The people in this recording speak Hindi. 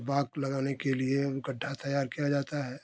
बाग लगाने के लिए गड्ढा तैयार किया जाता है